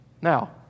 Now